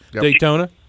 Daytona